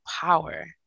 power